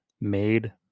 made